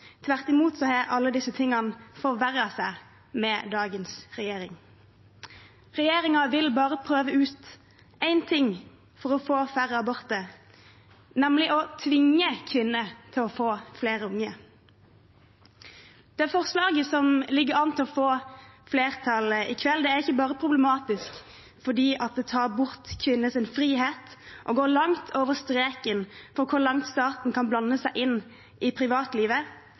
Tvert imot har alt dette forverret seg med dagens regjering. Regjeringen vil bare prøve ut én ting for å få færre aborter, nemlig å tvinge kvinner til å få flere barn. Det forslaget som ligger an til å få flertall i kveld, er ikke bare problematisk fordi det tar bort kvinners frihet og går langt over streken for hvor langt staten kan blande seg inn i privatlivet,